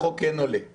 החוק כן עולה.